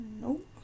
Nope